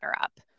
up